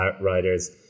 riders